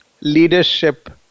leadership